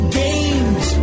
games